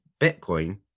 Bitcoin